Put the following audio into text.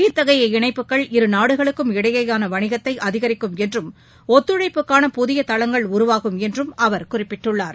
இத்தகைய இணைப்புகள் இருநாடுகளுக்கும் இடையேயான வணிகத்தை அதிகரிக்கும் என்றும் ஒத்துழைப்புக்கான புதிய தளங்கள் உருவாகும் என்றும் அவர் குறிப்பிட்டுள்ளார்